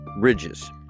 ridges